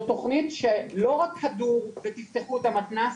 זו תכנית שלא רק כדור ותפתחו את המתנ"ס,